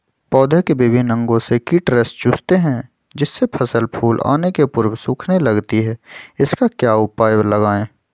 पौधे के विभिन्न अंगों से कीट रस चूसते हैं जिससे फसल फूल आने के पूर्व सूखने लगती है इसका क्या उपाय लगाएं?